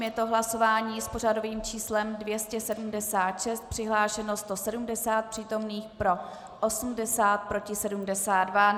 Je to hlasování s pořadovým číslem 276, přihlášeno 170 přítomných, pro 80, proti 72.